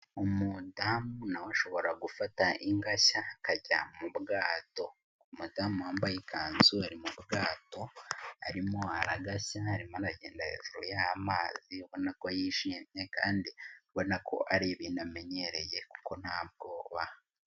umudamu nawe ashobora gufata ingashya akajya mu bwato. Umadamu wambaye ikanzu ari mu bwato arimo aragashya arimo agenda hejuru y'amazi. Urabona ko yishimye kandi urabona ko ari ibintu amenyereye kuko nta bwoba.